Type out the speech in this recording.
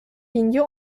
linie